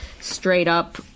straight-up